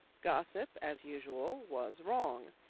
gossip, as usual, was wrong.